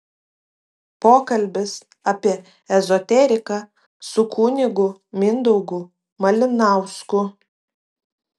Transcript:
pokalbis apie ezoteriką su kunigu mindaugu malinausku